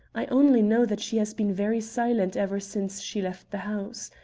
i only know that she has been very silent ever since she left the house.